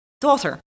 daughter